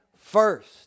first